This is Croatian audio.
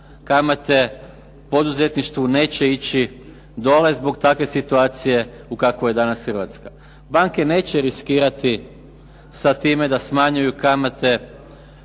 kamate poduzetništvu neće ići dole zbog takve situacije u kakvoj je danas Hrvatska. Banke neće riskirati sa time da smanjuju kamate